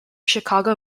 chicago